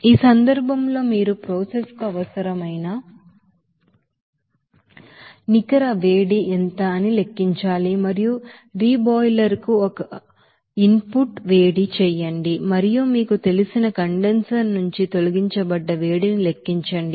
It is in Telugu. ఈ సందర్భంలో మీరు ప్రాసెస్ కు అవసరమైన నెట్ హీట్ ఎంత అని లెక్కించాలి మరియు రీబాయిలర్ కు ఇన్ పుట్ వేడి చేయండి మరియు మీకు తెలిసిన కండెన్సర్ నుంచి తొలగించబడ్డ వేడిమి లెక్కించండి